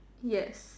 yes